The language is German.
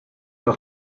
doch